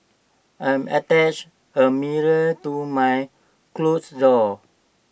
I'm attached A mirror to my closet door